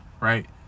right